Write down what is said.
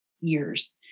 years